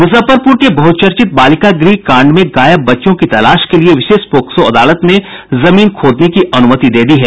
मुजफ्फरपुर के बहुचर्चित बालिका गृह कांड में गायब बच्चियों की तलाश के लिए विशेष पोक्सो अदालत ने जमीन खोदने की अनुमति दे दी है